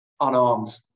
unarmed